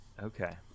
Okay